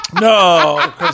No